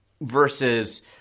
versus